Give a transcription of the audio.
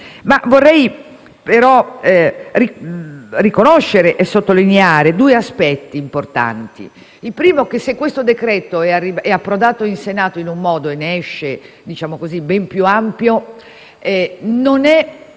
Vorrei però riconoscere e sottolineare alcuni aspetti importanti. Il primo è che se questo decreto-legge è approdato in Senato in un modo e ne esce ben più ampio, non è